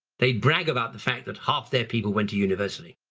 they'd brag about the fact that half their people went to university.